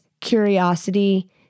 curiosity